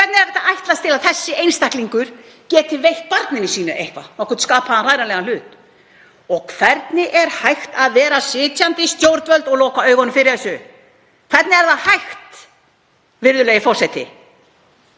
Hvernig er hægt að ætlast til að sá einstaklingur geti veitt barninu sínu nokkurn skapaðan hræranlegan hlut? Og hvernig er hægt fyrir sitjandi stjórnvöld að loka augunum fyrir þessu? Hvernig er það hægt, virðulegi forseti?